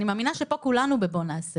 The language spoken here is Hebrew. אני מאמינה שפה כולנו בבוא נעשה